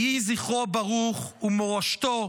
יהי זכרו ברוך, ומורשתו,